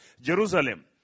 Jerusalem